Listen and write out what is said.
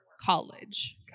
college